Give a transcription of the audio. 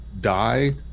die